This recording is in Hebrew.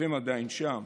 ואתם עדיין שם?